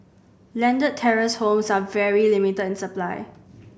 landed terrace homes are very limited in supply